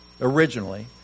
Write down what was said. originally